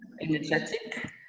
energetic